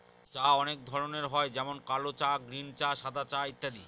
চা অনেক ধরনের হয় যেমন কাল চা, গ্রীন চা, সাদা চা ইত্যাদি